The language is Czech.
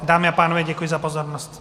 Dámy a pánové, děkuji za pozornost.